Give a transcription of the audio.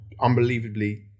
unbelievably